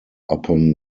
upon